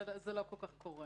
זה לא קורה בדרך כלל.